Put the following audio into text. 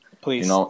Please